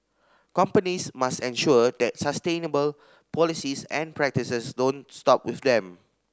companies must ensure that sustainable policies and practices don't stop with them